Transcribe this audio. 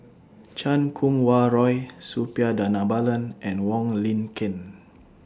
Chan Kum Wah Roy Suppiah Dhanabalan and Wong Lin Ken